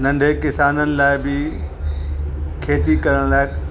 नंढे किसाननि लाइ बि खेती करण लाइ